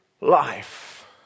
life